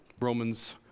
Romans